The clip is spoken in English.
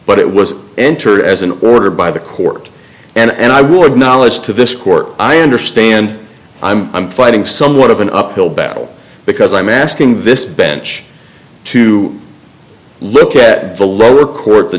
but it was entered as an order by the court and i would knowledge to this court i understand i'm fighting somewhat of an uphill battle because i'm asking this bench to look at the lower court the